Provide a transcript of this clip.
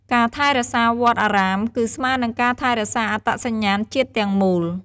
ការថែរក្សាវត្តអារាមគឺស្មើនឹងការថែរក្សាអត្តសញ្ញាណជាតិទាំងមូល។